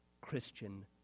Christian